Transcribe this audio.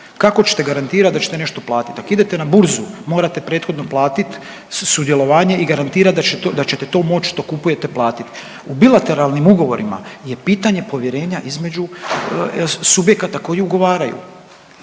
Kako ćete garantirati da ćete nešto platiti? Ako idete na burzu morate prethodno platiti sudjelovanje i garantirati da ćete to moći što kupujete platiti. U bilateralnim ugovorima je pitanje povjerenja između subjekata koji ugovaraju.